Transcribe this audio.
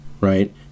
right